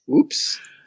oops